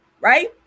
right